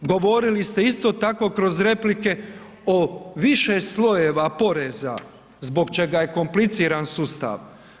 Govorili ste isto tako kroz replike o više slojeva poreza zbog čega je kompliciran sustav.